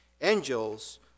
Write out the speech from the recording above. angels